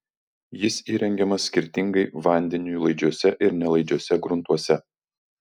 jis įrengiamas skirtingai vandeniui laidžiuose ir nelaidžiuose gruntuose